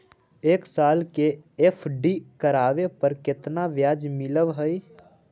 एक साल के एफ.डी करावे पर केतना ब्याज मिलऽ हइ?